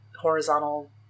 horizontal